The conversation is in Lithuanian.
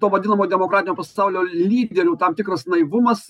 to vadinamo demokratinio pasaulio lyderių tam tikras naivumas